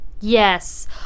Yes